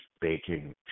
Baking